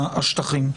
השטחים,